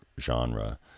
genre